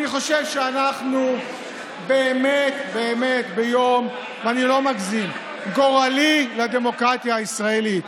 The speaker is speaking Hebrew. אני חושב באמת באמת שזה יום גורלי לדמוקרטיה הישראלי,